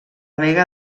vega